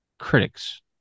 critics